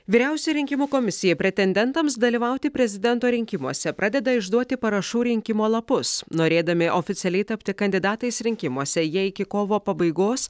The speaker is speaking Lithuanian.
vyriausioji rinkimų komisija pretendentams dalyvauti prezidento rinkimuose pradeda išduoti parašų rinkimo lapus norėdami oficialiai tapti kandidatais rinkimuose jie iki kovo pabaigos